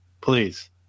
please